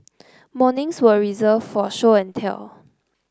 mornings were reserved for show and tell